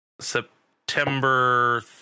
September